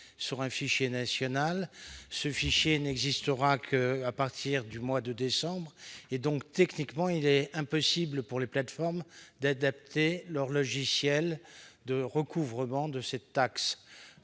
sur un fichier national. Ce fichier n'existera qu'à partir du mois de décembre. Dès lors, techniquement, il est impossible pour les plateformes d'adapter leur logiciel de recouvrement de cette taxe.